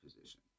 position